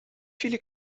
viele